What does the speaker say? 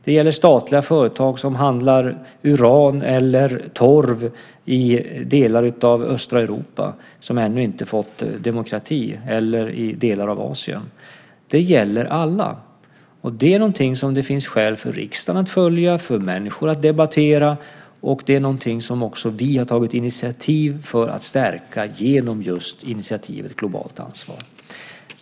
Det gäller statliga företag som handlar uran eller torv i delar av östra Europa som ännu inte fått demokrati eller i delar av Asien. Det gäller alla. Det är något som det finns skäl för riksdagen att följa, för människor att debattera, och det är något som vi har tagit initiativ för att stärka genom just initiativet Globalt Ansvar.